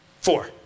four